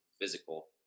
physical